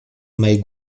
mej